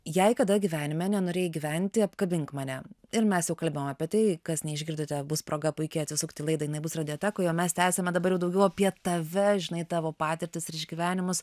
jei kada gyvenime nenorėjai gyventi apkabink mane ir mes jau kalbėjom apie tai kas neišgirdote bus proga puiki atsisukti laidą jinai bus radiotekoj o mes tęsiame dabar jau daugiau apie tave žinai tavo patirtis ir išgyvenimus